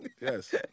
yes